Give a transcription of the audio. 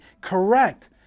correct